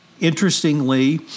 Interestingly